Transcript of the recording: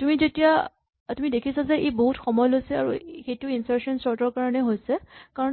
তুমি দেখিছা যে ই বহুত সময় লৈছে আৰু সেইটো ইনচাৰ্চন চৰ্ট ৰ কাৰণে হৈছে কাৰণ